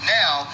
now